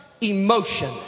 emotion